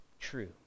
true